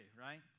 right